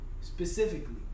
specifically